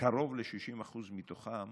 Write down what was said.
קרוב ל-60% מתוכם